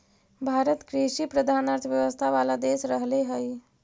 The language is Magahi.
भारत कृषिप्रधान अर्थव्यवस्था वाला देश रहले हइ